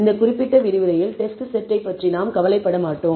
இந்த குறிப்பிட்ட விரிவுரையில் டெஸ்ட் செட்டை பற்றி நாம் கவலைப்பட மாட்டோம்